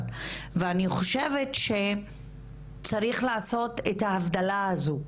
ואני חושבת שצריך לעשות את ההבדלה הזו,